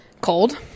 Cold